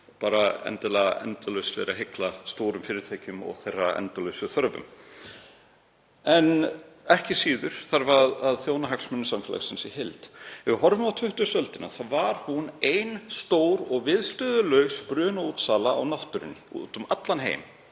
sé endalaust verið að hygla stórum fyrirtækjum og endalausum þörfum þeirra. Ekki síður þarf að þjóna hagsmunum samfélagsins í heild. Ef við horfum á 20. öldina þá var hún ein stór og viðstöðulaus brunaútsala á náttúrunni úti um allan heim,